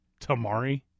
Tamari